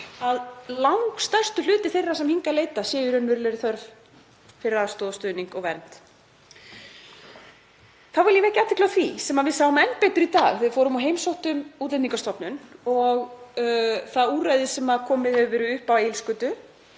að langstærstur hluti þeirra sem hingað leita sé í raunverulegri þörf fyrir aðstoð og stuðning og vernd. Þá vil ég vekja athygli á því sem við sáum enn betur í dag þegar við fórum og heimsóttum Útlendingastofnun og það úrræði sem komið hefur verið upp á Egilsgötu